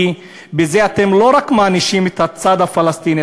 כי בזה אתם לא רק מענישים את הצד הפלסטיני,